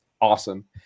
awesome